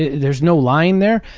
there's no line there?